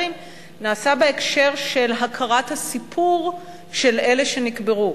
נעשה בהקשר של הכרת הסיפור של אלה שנקברו.